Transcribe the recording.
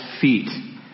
feet